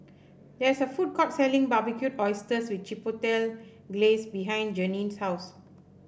there is a food court selling Barbecued Oysters with Chipotle Glaze behind Janine's house